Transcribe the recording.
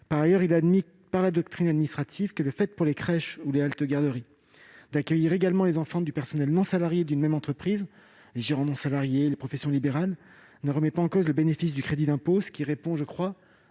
il est admis par la doctrine administrative que le fait pour les crèches ou les haltes-garderies d'accueillir également les enfants du personnel non salarié d'une même entreprise, comme les gérants non-salariés ou les professions libérales, ne remet pas en cause le bénéfice du crédit d'impôt, ce qui répond, je crois,